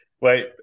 wait